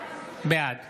בעד